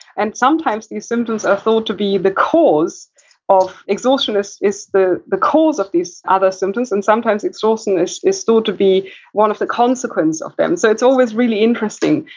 and sometimes these symptoms are thought to be the cause of, exhaustion is is the the cause of these other symptoms, and sometimes exhaustion is is thought to be one of the consequence of them so, it's always really interesting.